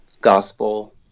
gospel